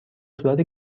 صورت